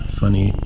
funny